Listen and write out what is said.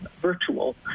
virtual